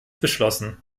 beschlossen